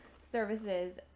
services